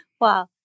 Wow